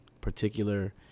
particular